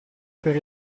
per